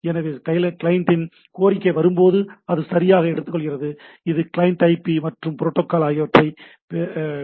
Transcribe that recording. எனவே கிளையண்டின் கோரிக்கை வரும்போது அதை சரியாக எடுத்துக்கொள்கிறது இது கிளையன்ட் ஐபி மற்றும் புரோட்டோக்கால் ஆகியவற்றை பெறுகிறது